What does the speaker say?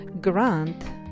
grant